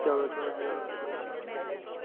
چلو چلو بِہِو رۄبَس حوال